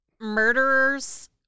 murderers